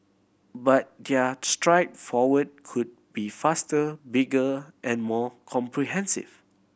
but their stride forward could be faster bigger and more comprehensive